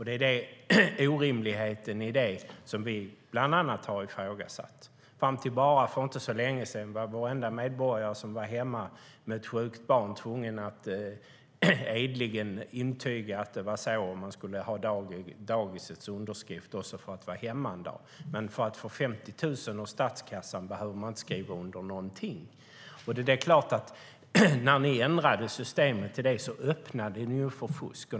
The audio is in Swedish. Det är orimligheten i det som vi bland annat har ifrågasatt. Fram till för inte så länge sedan var varenda medborgare som var hemma med ett sjukt barn tvungen att edligen intyga att det var så. Man skulle ha dagisets underskrift för att få vara hemma en dag. Men för att få 50 000 ur statskassan behöver man inte skriver under någonting. När ni inom Alliansen ändrade systemet till det öppnade ni för fusk.